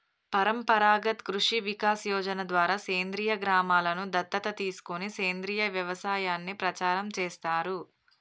పరంపరాగత్ కృషి వికాస్ యోజన ద్వారా సేంద్రీయ గ్రామలను దత్తత తీసుకొని సేంద్రీయ వ్యవసాయాన్ని ప్రచారం చేస్తారు